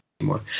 anymore